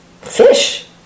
Fish